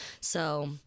So-